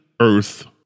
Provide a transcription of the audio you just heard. Earth